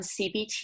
CBT